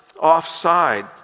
offside